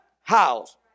house